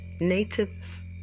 natives